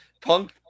Punk